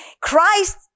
Christ